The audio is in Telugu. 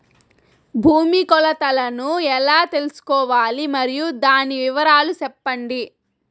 భూమి కొలతలను ఎలా తెల్సుకోవాలి? మరియు దాని వివరాలు సెప్పండి?